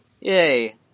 Yay